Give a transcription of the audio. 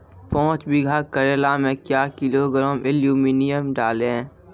पाँच बीघा करेला मे क्या किलोग्राम एलमुनियम डालें?